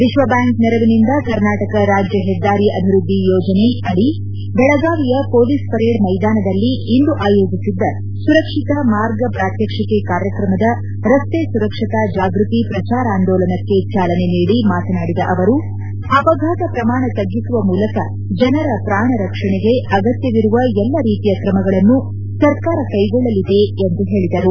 ವಿಶ್ವಬ್ಯಾಂಕ್ ನೆರವಿನಿಂದ ಕರ್ನಾಟಕ ರಾಜ್ಯ ಹೆದ್ದಾರಿ ಅಭಿವೃದ್ಧಿ ಯೋಜನೆ ಕೆಶಿಪ್ ಅಡಿ ಬೆಳಗಾವಿಯ ಪೊಲೀಸ್ ಪರೇಡ್ ಮೈದಾನದಲ್ಲಿ ಇಂದು ಆಯೋಜಿಸಿದ್ದ ಸುರಕ್ಷಿತ ಮಾರ್ಗ ಪ್ರಾತ್ಯಕ್ಷಿಕೆ ಕಾರ್ಯಕ್ರಮದ ರಸ್ತೆ ಸುರಕ್ಷತಾ ಜಾಗೃತಿ ಪ್ರಚಾರೋಂದಲನಕ್ಕೆ ಚಾಲನೆ ನೀಡಿ ಮಾತನಾಡಿದ ಅವರು ಅಪಘಾತ ಪ್ರಮಾಣ ತ್ಗಿಸುವ ಮೂಲಕ ಜನರ ಪ್ರಾಣರಕ್ಷಣೆಗೆ ಅಗತ್ಯವಿರುವ ಎಲ್ಲ ರೀತಿಯ ಕ್ರಮಗಳನ್ನು ಸರ್ಕಾರ ಕೈಗೊಳ್ಳಲಿದೆ ಎಂದು ಹೇಳದರು